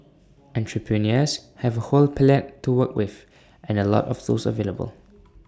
entrepreneurs have whole palette to work with and A lot of tools available